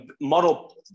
model